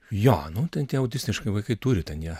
jo nu ten tie autistiški vaikai turi ten jie